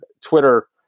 Twitter